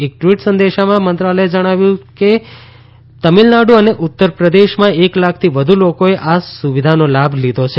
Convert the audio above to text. એક ટવીટ સંદેશમાં મંત્રાલયે જણાવ્યું છે કે તમીલનાડુ અને ઉત્તરપ્રદેશમાં એક લાખથી વધુ લોકોએ આ સુવિધાનો લાભ લીધો છે